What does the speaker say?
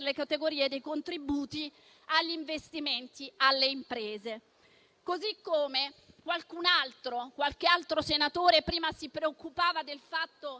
categorie dei contributi agli investimenti alle imprese. Qualche altro senatore, prima, si preoccupava del fatto